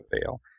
fail